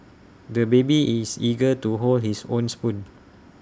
the baby is eager to hold his own spoon